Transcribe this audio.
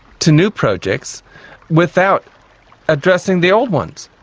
to new projects without addressing the old ones,